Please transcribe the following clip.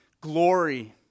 glory